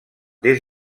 des